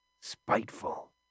Spiteful